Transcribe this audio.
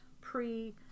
pre